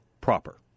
proper